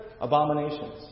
Abominations